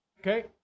Okay